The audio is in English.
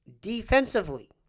defensively